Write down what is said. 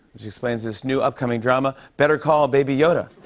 which explains this new upcoming drama, better call baby yoda.